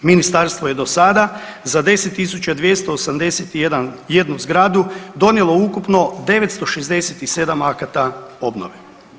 Ministarstvo je do sada za 10 281 zgradu donijelo ukupno 967 akata obnove.